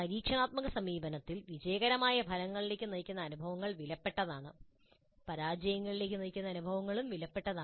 പരീക്ഷണാത്മക സമീപനത്തിൽ വിജയകരമായ ഫലങ്ങളിലേക്ക് നയിക്കുന്ന അനുഭവങ്ങൾ വിലപ്പെട്ടതാണ് പരാജയങ്ങളിലേക്ക് നയിക്കുന്ന അനുഭവങ്ങളും വിലപ്പെട്ടതാണ്